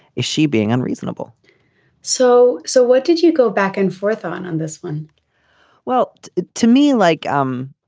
is she being unreasonable so. so what did you go back and forth on on this one well to me like um